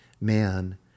man